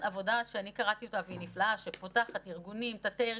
עבודה נפלאה שפותחת ארגונים, תתי ארגונים,